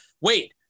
Wait